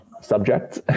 subject